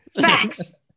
Facts